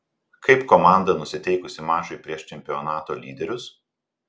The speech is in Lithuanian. kaip komanda nusiteikusi mačui prieš čempionato lyderius